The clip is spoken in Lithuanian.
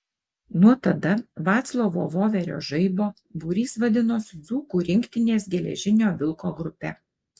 nuo tada vaclovo voverio žaibo būrys vadinosi dzūkų rinktinės geležinio vilko grupe